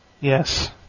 Yes